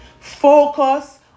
Focus